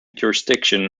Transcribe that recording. jurisdiction